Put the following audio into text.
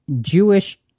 Jewish